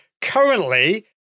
Currently